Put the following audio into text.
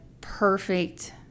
perfect